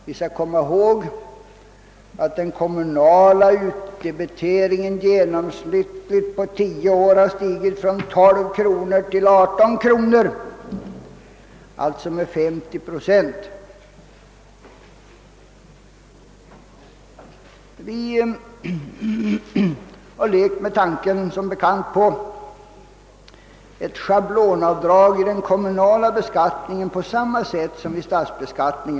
Vi skall komma ihåg att den kommunala utdebiteringen i genomsnitt på tio år stigit från 12 kronor till 18 kronor, d.v.s. med 50 procent. Vi har som bekant lekt med tanken på ett schablonavdrag i den kommunala beskattningen på samma sätt som i fråga om statsbeskattningen.